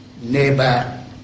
neighbor